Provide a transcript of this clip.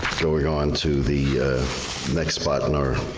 going on to the next spot in our